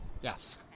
Yes